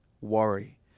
worry